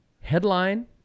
headline